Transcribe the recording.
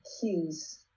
cues